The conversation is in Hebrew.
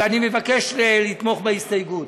ואני מבקש לתמוך בהסתייגות.